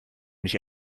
nicht